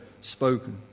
spoken